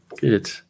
Good